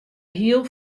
hiel